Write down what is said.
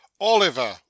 oliver